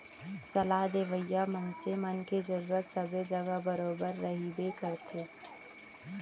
सलाह देवइया मनसे मन के जरुरत सबे जघा बरोबर रहिबे करथे